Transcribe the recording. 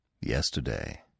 Yesterday